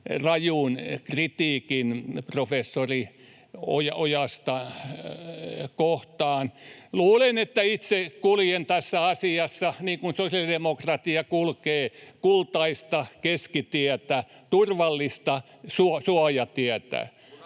rajun kritiikin professori Ojasta kohtaan. Luulen, että itse kuljen tässä asiassa, niin kuin sosiaalidemokratia kulkee, kultaista keskitietä, turvallista suojatietä,